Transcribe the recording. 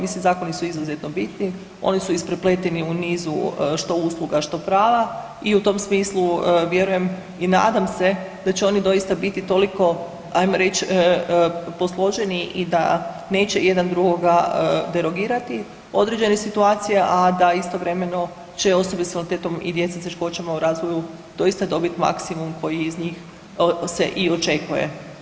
Mislim zakoni su izuzetno bitni, oni su isprepleteni u nizu što usluga, što prava i u tom smislu vjerujem i nadam se da će oni biti toliko ajmo reći posloženi i da neće jedan drugoga derogirati određene situacije, a da istovremeno će osobe s invaliditetom i djeca s teškoćama u razvoju doista dobiti maksimum koji iz njih se i očekuje.